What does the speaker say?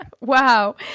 Wow